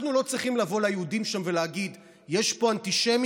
אנחנו לא צריכים לבוא ליהודים שם ולהגיד: יש פה אנטישמיות,